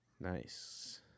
Nice